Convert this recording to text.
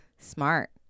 Smart